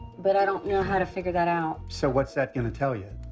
but i don't know how to figure that out. so, what's that gonna tell you?